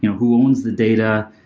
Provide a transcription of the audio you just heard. you know who owns the data?